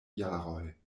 jaroj